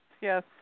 yes